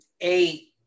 eight